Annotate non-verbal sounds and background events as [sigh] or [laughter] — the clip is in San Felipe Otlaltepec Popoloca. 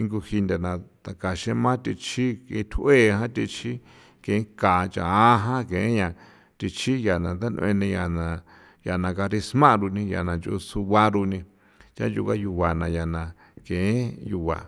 nguji ndana taka xema thichi gitu t'ue ja thichi ken ka cha ajan yeña thixi ya na ndan'ue ni a na ya na garisma' runi ya na nch'u sugua runi tjayu bayugua na ya na [noise] ken yugua. [noise]